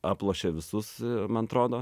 aplošė visus man atrodo